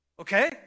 Okay